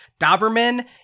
Doberman